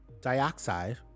dioxide